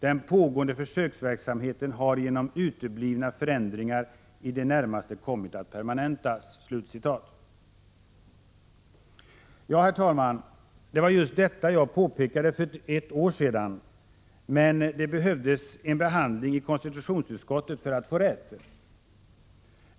Den pågående försöksverksamheten har genom uteblivna förändringar i det närmaste kommit att permanentas.” Herr talman! Det var just detta jag påpekade för ett år sedan, men det behövdes en behandling i konstitutionsutskottet för att få rätt.